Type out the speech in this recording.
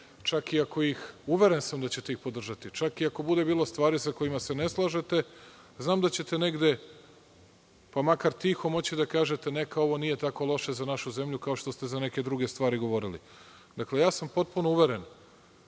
podržati. Uveren sam da ćete ih podržati, čak i ako bude bilo stvari sa kojima se ne slažete, znam da ćete negde, pa makar tiho moći da kažete, neka ovo nije tako loše za našu zemlju, kao što ste za neke druge stvari govorili. Dakle, ja sam za neke